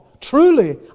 truly